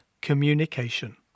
communication